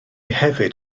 hefyd